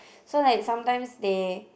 so like sometimes they